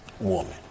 woman